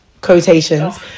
quotations